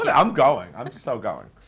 and i'm going. i'm so going.